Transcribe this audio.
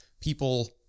people